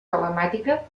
telemàtica